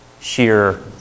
sheer